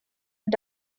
und